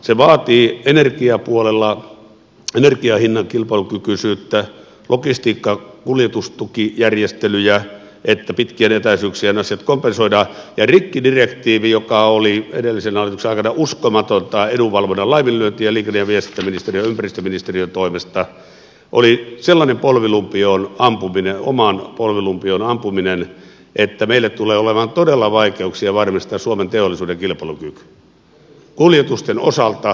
se vaatii energiapuolella energiahinnan kilpailukykyisyyttä logistiikka kuljetustukijärjestelyjä että pitkien etäisyyksien asiat kompensoidaan ja rikkidirektiivi joka oli edellisen hallituksen aikana uskomatonta edunvalvonnan laiminlyöntiä liikenne ja viestintäministeriön ja ympäristöministeriön toimesta oli sellainen polvilumpioon ampuminen omaan polvilumpioon ampuminen että meillä tulee olemaan todella vaikeuksia varmistaa suomen teollisuuden kilpailukyky kuljetusten osalta